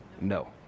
No